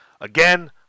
Again